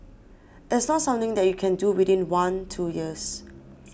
it's not something that you can do within one two years